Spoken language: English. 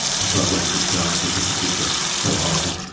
which i won't describe because it was just so horrible